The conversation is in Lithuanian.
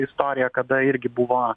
istoriją kada irgi buvo